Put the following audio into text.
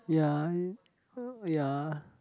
ya ya